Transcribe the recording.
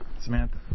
samantha